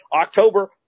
October